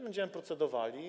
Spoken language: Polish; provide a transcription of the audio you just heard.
Będziemy procedowali.